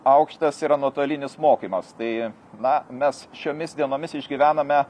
aukštas yra nuotolinis mokymas tai na mes šiomis dienomis išgyvename